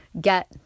get